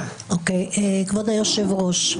כבוד היושב ראש.